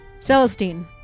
Celestine